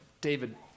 David